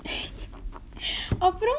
அப்பறம்:apparam